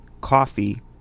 coffee